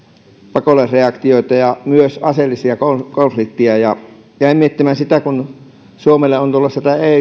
pakolaisreaktioita ja myös aseellisia konflikteja jäin miettimään sitä kun suomelle on tulossa tämä